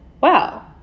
wow